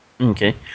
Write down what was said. Okay